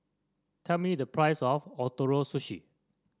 tell me the price of Ootoro Sushi